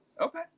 Okay